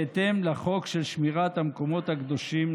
בהתאם לחוק שמירת המקומות הקדושים.